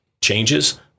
changes